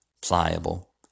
pliable